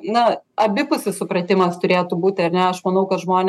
na abipusis supratimas turėtų būti ar ne aš manau kad žmonės